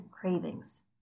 cravings